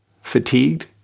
Fatigued